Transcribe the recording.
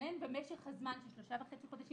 לשנן במשך הזמן של שלושה וחצי חודשים.